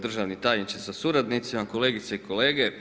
Državni tajniče sa suradnicima, kolegice i kolege.